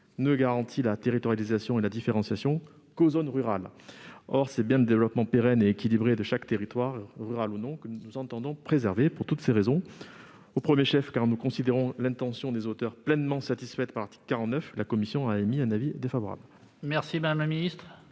ne garantisse la territorialisation et la différenciation qu'aux zones rurales. Or c'est bien le développement pérenne et équilibré de chaque territoire, rural ou non, que nous entendons préserver. Pour toutes ces raisons, et au premier chef parce que nous considérons que l'intention des auteurs est pleinement satisfaite par l'article 49, la commission a émis un avis défavorable sur cet amendement.